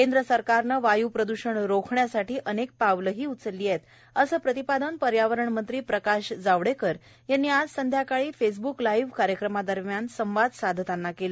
केंद्र सरकारने वायू प्रद्षण रोखण्यासाठी अनेक पावलेही उचलली आहेत असे प्रतिपादन पर्यावरण मंत्री प्रकाश जावडेकर यांनी आज संध्याकाळी फेसब्क लाइव्ह कार्यक्रमादरम्यान संवाद साधतांना केले